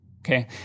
okay